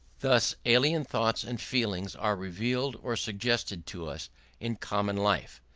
thus alien thoughts and feelings are revealed or suggested to us in common life,